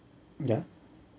yeah